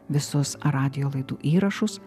visus radijo laidų įrašus